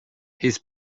his